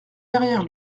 derrière